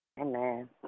Amen